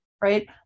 right